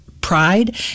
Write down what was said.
pride